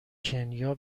کنیا